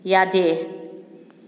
ꯌꯥꯗꯦ